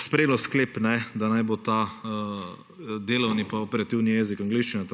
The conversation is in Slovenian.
sprejel sklep, da naj bo delovni in operativni jezik angleščina.